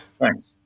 Thanks